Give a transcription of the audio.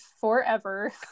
forever